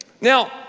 Now